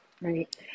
right